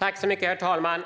Herr talman!